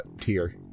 tier